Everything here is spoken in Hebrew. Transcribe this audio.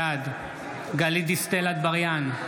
בעד גלית דיסטל אטבריאן,